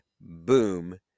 boom